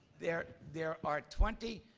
there there are twenty